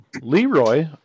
Leroy